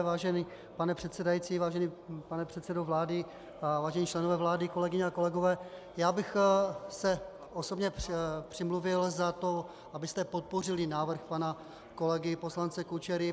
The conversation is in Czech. Vážený pane předsedající, vážený pane předsedo vlády, vážení členové vlády, kolegyně a kolegové, já bych se osobně přimluvil za to, abyste podpořili návrh pana kolegy poslance Kučery.